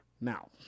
Now